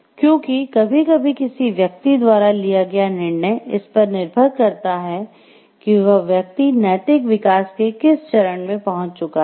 क्योंकि कभी कभी किसी व्यक्ति द्वारा लिया गया निर्णय इस पर निर्भर करता है कि वह व्यक्ति नैतिक विकास के किस चरण में पहुँच चुका हैं